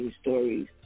stories